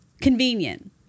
Convenient